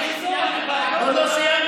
אחרי שסיימת את ההקדמה, עוד לא סיימתי.